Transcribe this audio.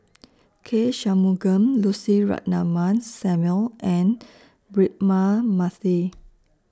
K Shanmugam Lucy Ratnammah Samuel and Braema Mathi